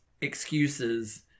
excuses